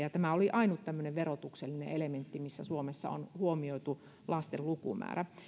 tämä oli ainut verotuksellinen elementti missä suomessa on huomioitu lasten lukumäärä